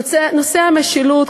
נושא המשילות,